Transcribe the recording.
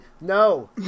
No